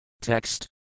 Text